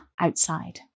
outside